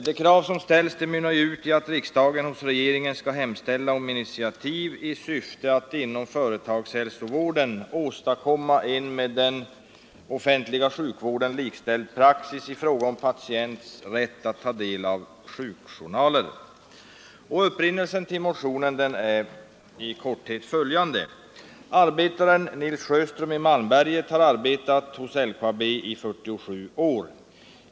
De krav som ställs mynnar ut i att riksdagen hos regeringen skall hemställa om initiativ i syfte att inom företagshälsovården åstadkomma en med den offentliga sjukvården likställd praxis i fråga om patients rätt att ta del av sjukjournalen. Upprinnelsen till motionen är i korthet följande. Arbetaren Nils Sjöström i Malmberget har arbetat hos LKAB i 47 år.